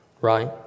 right